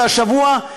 והשבוע,